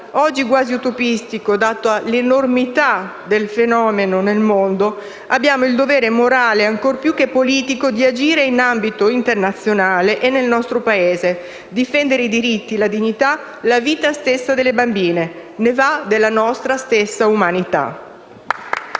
oggi quasi utopistico data l'enormità del fenomeno nel mondo, abbiamo il dovere morale, ancor più che politico, di agire in ambito internazionale e nel nostro Paese, difendendo i diritti, la dignità e la vita stessa delle bambine. Ne va della nostra stessa umanità.